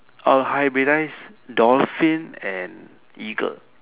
I'll hybridise dolphin and eagle